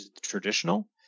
traditional